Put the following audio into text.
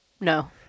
No